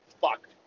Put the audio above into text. Fuck